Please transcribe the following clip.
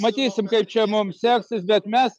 matysim kaip čia mum seksis bet mes